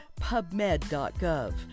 PubMed.gov